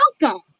welcome